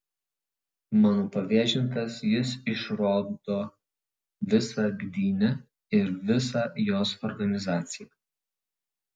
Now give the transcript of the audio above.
mano pavėžintas jis išrodo visą gdynę ir visą jos organizaciją